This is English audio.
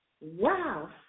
Wow